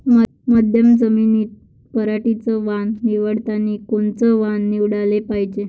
मध्यम जमीनीत पराटीचं वान निवडतानी कोनचं वान निवडाले पायजे?